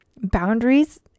boundaries